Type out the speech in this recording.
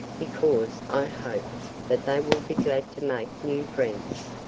because i hope that they will be glad to make new friends,